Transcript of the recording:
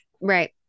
Right